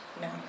No